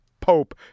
Pope